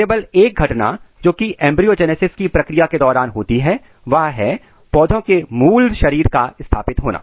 केवल एक घटना जोकि एंब्रियो जेनेसिस की प्रक्रिया के दौरान होती है वह है पौधे के मूल शरीर का स्थापित होना